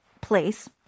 place